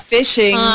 Fishing